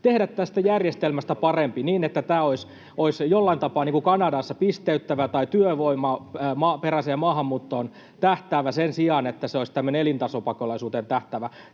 tehdä tästä järjestelmästä parempi niin, että tämä olisi niin kuin Kanadassa, jollain tapaa pisteyttävä tai työvoimaperäiseen maahanmuuttoon tähtäävä sen sijaan, että se olisi tämmöinen elintasopakolaisuuteen tähtäävä.